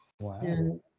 Wow